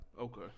Okay